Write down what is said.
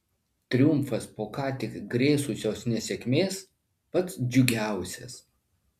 triumfas po ką tik grėsusios nesėkmės pats džiugiausias